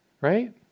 Right